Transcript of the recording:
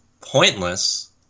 pointless